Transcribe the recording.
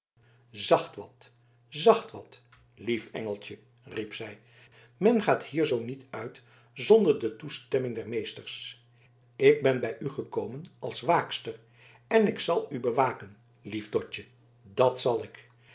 zacht wat zacht wat lief engeltje riep zij men gaat hier zoo niet uit zonder de toestemming des meesters ik ben bij u gekomen als waakster en ik zal u bewaken lief dotje dat zal ik